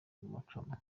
muchoma